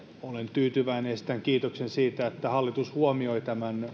tyytyväinen ja esitän kiitoksen siitä että hallitus huomioi